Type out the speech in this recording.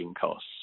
costs